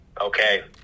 okay